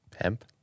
Hemp